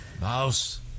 Mouse